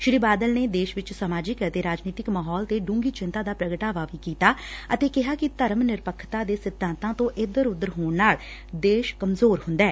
ਸ੍ਰੀ ਬਾਦਲ ਨੇ ਦੇਸ਼ ਵਿਚ ਸਮਾਜਿਕ ਤੇ ਰਾਜਨੀਤਿਕ ਮਾਹੌਲ ਤੇ ਡੂੰਘੀ ਚਿੰਤਾ ਦਾ ਪ੍ਰਗਟਾਵਾ ਵੀ ਕੀਤਾ ਅਤੇ ਕਿਹਾ ਕਿ ਧਰਮ ਨਿਰਪੱਖਤਾ ਦੇ ਸਿਧਾਤਾਂ ਤੋਂ ਇਧਰ ਉਧਰ ਹੋਣ ਨਾਲ ਦੇਸ਼ ਕਮਜ਼ੋਰ ਹੁੰਦੈ